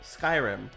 Skyrim